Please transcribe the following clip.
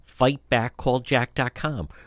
fightbackcalljack.com